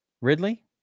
Ridley